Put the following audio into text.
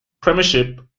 Premiership